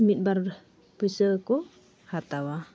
ᱢᱤᱫ ᱵᱟᱨ ᱯᱚᱭᱥᱟ ᱠᱚ ᱦᱟᱛᱟᱣᱟ